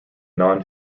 non